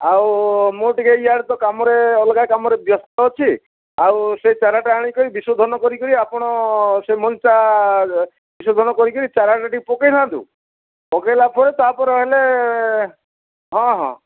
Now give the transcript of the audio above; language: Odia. ଆଉ ମୁଁ ଟିକେ ଇଆଡ଼େ ତ କାମରେ ଅଲଗା କାମରେ ବ୍ୟସ୍ତ ଅଛି ଆଉ ସେ ଚାରା ଟା ଆଣିକରି ବିଶୋଧନ କରିକିରି ଆପଣ ସେ ମଞ୍ଜି ଟା ବିଶୋଧନ କରିକି ଚାରାରେ ଟିକେ ପକେଇଥାନ୍ତୁ ପକେଇଲା ପରେ ତାପରେ ହେଲେ ହଁ ହଁ